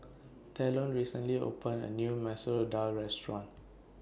Talon recently opened A New Masoor Dal Restaurant